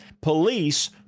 police